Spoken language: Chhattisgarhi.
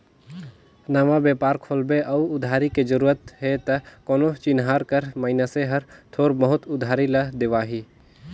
नवा बेपार खोलबे अउ उधारी के जरूरत हे त कोनो चिनहार कर मइनसे हर थोर बहुत उधारी ल देवाही